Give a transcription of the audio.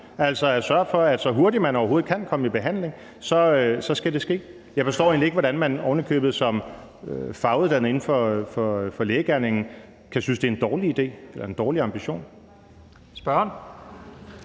altså at sørge for, at så hurtigt man overhovedet kan komme i behandling, skal det ske. Jeg forstår egentlig ikke, hvordan man oven i købet som faguddannet inden for lægegerningen kan synes, det er en dårlig idé eller en dårlig ambition. Kl.